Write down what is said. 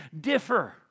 differ